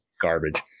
garbage